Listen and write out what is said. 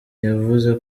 yavuze